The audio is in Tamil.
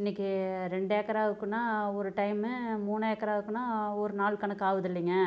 இன்னைக்கு ரெண்டு ஏக்கராக இருக்குன்னா ஒரு டைமு மூணு ஏக்கராக்குன்னா ஒரு நாள் கணக்கு ஆவது இல்லைங்க